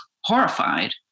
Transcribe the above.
horrified